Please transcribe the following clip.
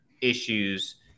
issues